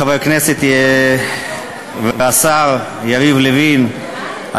חבר הכנסת והשר יריב לוין,